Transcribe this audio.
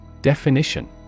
Definition